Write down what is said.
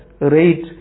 rate